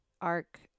arc